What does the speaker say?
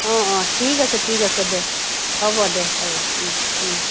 অঁ অঁ ঠিক আছে ঠিক আছে দে হ'ব দে হ'ব